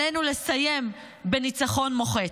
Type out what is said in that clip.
עלינו --- לסיים בניצחון מוחץ".